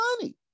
money